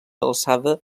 alçada